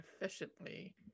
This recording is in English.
efficiently